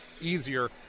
easier